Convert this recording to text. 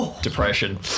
depression